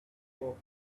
hope